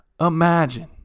imagine